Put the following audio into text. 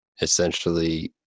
essentially